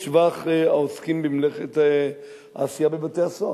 בשבח העוסקים במלאכת העשייה בבתי-הסוהר,